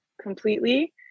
completely